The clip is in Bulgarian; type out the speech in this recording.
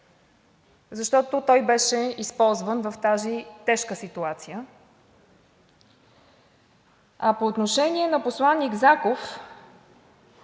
защото той беше използван в тази тежка ситуация. А по отношение на посланик Заков,